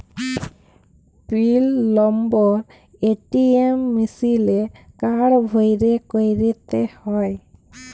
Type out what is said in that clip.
পিল number ATM মিশিলে card ভ্যইরে ক্যইরতে হ্যয়